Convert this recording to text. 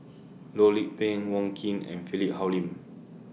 Loh Lik Peng Wong Keen and Philip Hoalim